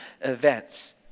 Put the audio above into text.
events